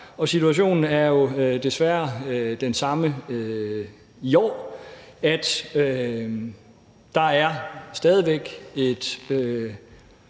Situationen er jo desværre den samme i år, nemlig at der stadig væk er